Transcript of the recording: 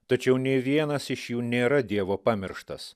tačiau nei vienas iš jų nėra dievo pamirštas